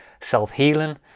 self-healing